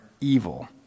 evil